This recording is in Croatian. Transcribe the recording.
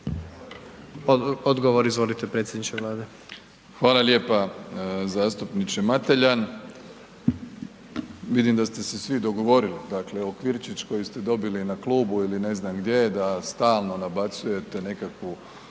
Odgovor, izvolite predsjedniče Vlade. **Plenković, Andrej (HDZ)** Hvala lijepa zastupniče Mateljan. Vidim da ste se svi dogovorili, dakle, okvirčić koji ste dobili na klubu ili ne znam gdje, da stalno nabacujete nekakvu